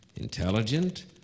intelligent